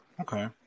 Okay